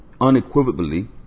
Unequivocally